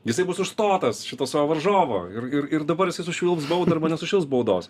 jisai bus užstotas šito savo varžovo ir ir ir dabar jisai sušvilps baudą arba nesušilps baudos